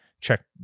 check